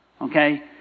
Okay